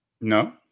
No